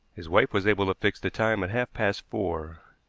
his wife was able to fix the time at half-past four.